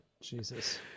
Jesus